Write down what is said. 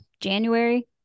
January